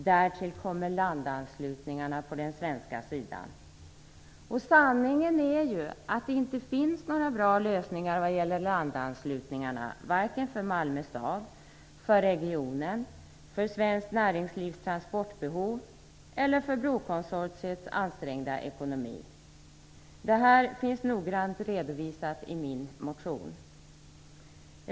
Därtill kommer landanslutningarna på den svenska sidan, och sanningen är att det inte finns några bra lösningar vad gäller landanslutningarna - varken för Malmö stad, för regionen, för svenskt näringslivs transportbehov eller för brokonsortiets ansträngda ekonomi. Det här finns noggrant redovisat i min motion.